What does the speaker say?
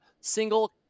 single